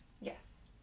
Yes